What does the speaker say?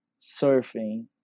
surfing